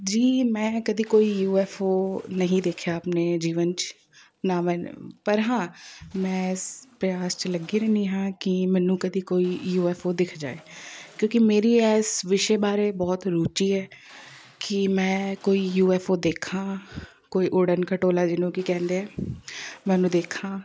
ਜੀ ਮੈਂ ਕਦੀ ਕੋਈ ਯੂ ਐੱਫ ਓ ਨਹੀਂ ਦੇਖਿਆ ਆਪਣੇ ਜੀਵਨ 'ਚ ਨਾ ਮੈ ਪਰ ਹਾਂ ਮੈਂ ਇਸ ਪਰਿਆਸ 'ਚ ਲੱਗੀ ਰਹਿੰਦੀ ਹਾਂ ਕਿ ਮੈਨੂੰ ਕਦੀ ਕੋਈ ਯੂ ਐੱਫ ਓ ਦਿੱਖ ਜਾਏ ਕਿਉਂਕਿ ਮੇਰੀ ਇਸ ਵਿਸ਼ੇ ਬਾਰੇ ਬਹੁਤ ਰੂਚੀ ਹੈ ਕਿ ਮੈਂ ਕੋਈ ਯੂ ਐੱਫ ਓ ਦੇਖਾਂ ਕੋਈ ਉਡਣ ਖਟੋਲਾ ਜਿਹਨੂੰ ਕਿ ਕਹਿੰਦੇ ਮੈ ਉਹਨੂੰ ਦੇਖਾਂ